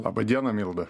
laba diena milda